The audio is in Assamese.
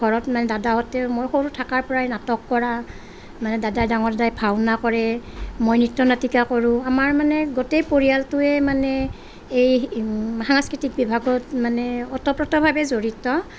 ঘৰত মানে দাদাহঁতে মই সৰু থাকাৰ পৰাই নাটক কৰা মানে দাদাই ডাঙৰ দাদাই ভাওনা কৰে মই নৃত্য নাটিকা কৰোঁ আমাৰ মানে গোটেই পৰিয়ালটোৱে মানে এই সাংস্কৃতিক বিভাগত মানে ওতঃপ্ৰোতভাৱে জড়িত